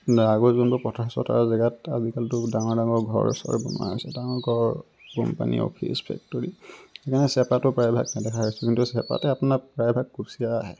আগৰ যোনবোৰ পথাৰ চথাৰ জেগাত আজিকালিতো ডাঙৰ ডাঙৰ ঘৰ চৰ বনোৱা হৈছে ডাঙৰ ঘৰ কোম্পানী অফিচ ফেক্টৰী সেইকাৰণে চেপাটো প্ৰায়ভাগ নেদেখাই হৈছে কিন্তু চেপাতে আপোনাৰ প্ৰায়ভাগ কুছিয়া আহে